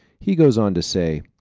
he goes on to say